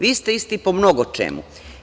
Vi ste isti po mnogo čemu.